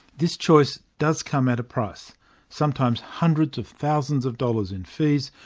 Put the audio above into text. this choice does come at a price sometimes hundreds of thousands of dollars in fees,